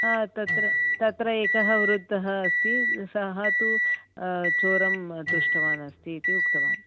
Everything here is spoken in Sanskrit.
तत्र तत्र एकः वृद्ध अस्ति सः तु चोरं दृष्टवान् अस्ति इति उक्तवान्